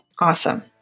Awesome